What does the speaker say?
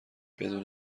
بدون